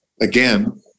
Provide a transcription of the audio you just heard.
again